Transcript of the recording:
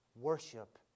worship